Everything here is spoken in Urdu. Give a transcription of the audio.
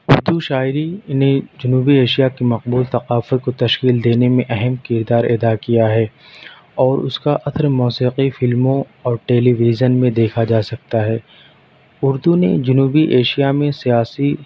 اردو شاعری نے جنوبی ایشیا کی مقبول ثقافت کو تشکیل دینے میں اہم کردار ادا کیا ہے اور اس کا اثر موسیقی فلموں اور ٹیلی ویژن میں دیکھا جا سکتا ہے اردو نے جنوبی ایشیا میں سیاسی